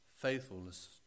faithfulness